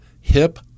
hip